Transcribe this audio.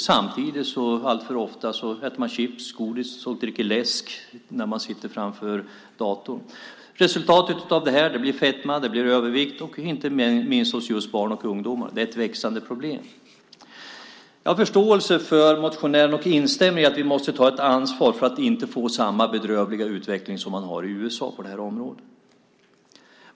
Samtidigt äter man alltför ofta chips och godis och dricker läsk när man sitter framför datorn. Resultatet blir övervikt och fetma, inte minst hos just barn och ungdomar. Det är ett växande problem. Jag har förståelse för motionären och instämmer i att vi måste ta ett ansvar för att inte få samma bedrövliga utveckling på detta område som i USA.